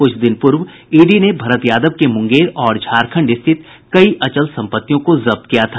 कुछ दिन पूर्व ईडी ने भरत यादव के मुंगेर और झारखण्ड स्थित कई अचल संपत्तियों को जब्त किया था